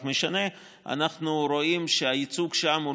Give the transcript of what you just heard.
הרוח, כי זאת הרוח שלכם.